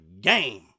game